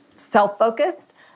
self-focused